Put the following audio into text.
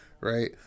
right